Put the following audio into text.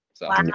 Wow